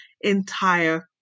entire